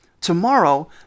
Tomorrow